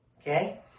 Okay